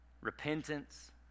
repentance